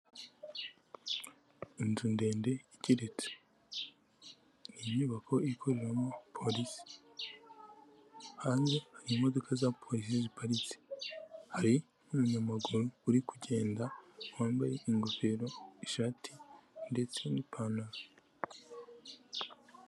Inzu ndende igeretse, inyubako ikoreramo polisi, hanze hari imodoka za polisi ziparitse, hari umunyamaguru uri kugenda wambaye ingofero, ishati ndetse n'ipantaro.